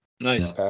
Nice